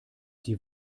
die